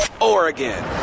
Oregon